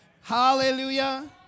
Hallelujah